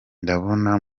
ndabona